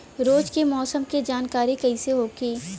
रोज के मौसम के जानकारी कइसे होखि?